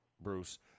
Bruce